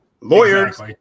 Lawyers